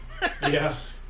yes